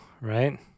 right